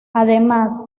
además